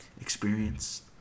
experience